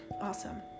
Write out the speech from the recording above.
awesome